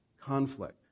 conflict